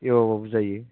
एवआबाबो जायो